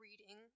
reading